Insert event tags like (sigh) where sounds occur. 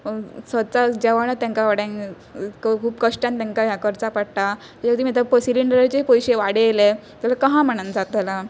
स्वता जेवणच तेंका बाबड्यांक (unintelligible) खूब कश्टान तेंकां ह्यां करचां पडटा जर तुमी आतां पय सिलिंडराचे पयशे वाडयले जाल्यार कहां म्हणान जातालां